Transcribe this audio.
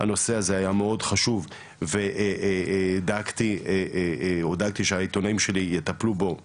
הנושא הזה היה מאוד חשוב ודאגתי שהעיתונאים שלי יטפלו בו מקרוב.